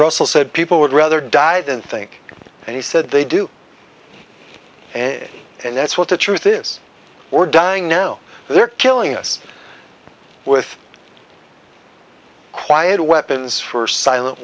russell said people would rather die than think and he said they do and and that's what the truth is we're dying now they're killing us with quiet weapons for silent